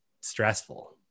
stressful